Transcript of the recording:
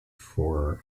for